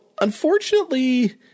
unfortunately